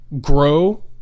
grow